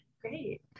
Great